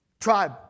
tribe